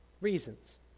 reasons